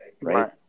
right